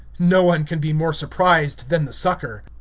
no one can be more surprised than the sucker.